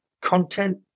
content